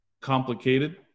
complicated